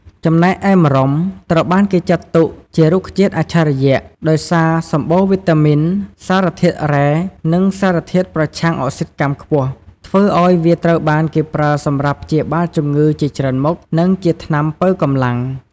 ចំណែកឯម្រុំត្រូវបានគេចាត់ទុកជា រុក្ខជាតិអច្ឆរិយៈ ដោយសារសម្បូរវីតាមីន សារធាតុរ៉ែ និងសារធាតុប្រឆាំងអុកស៊ីតកម្មខ្ពស់ ធ្វើឲ្យវាត្រូវបានគេប្រើសម្រាប់ព្យាបាលជំងឺជាច្រើនមុខ និងជាថ្នាំប៉ូវកម្លាំង។